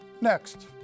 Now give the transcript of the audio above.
next